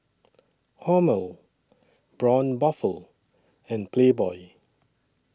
Hormel Braun Buffel and Playboy